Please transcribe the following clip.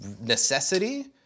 necessity